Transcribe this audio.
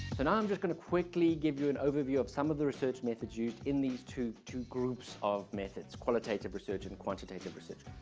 and um i'm just going to quickly give you an overview of some of the research methods used in these two two groups of methods qualitative research, and quantitative research.